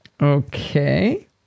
Okay